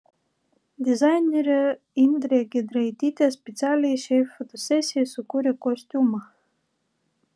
dizainerė indrė giedraitytė specialiai šiai fotosesijai sukūrė kostiumą